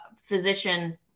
physician